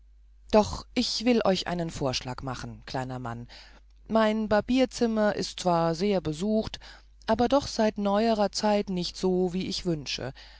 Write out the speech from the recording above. doch ich will euch einen vorschlag machen kleiner mann mein barbierzimmer ist zwar sehr besucht aber doch seit neuerer zeit nicht so wie ich wünsche